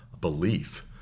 belief